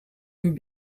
een